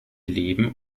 leben